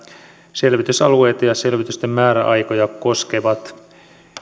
selvitysalueita ja selvitysten määräaikoja koskevat